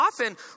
often